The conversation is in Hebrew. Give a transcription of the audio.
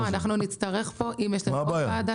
אם יש עוד ועדה,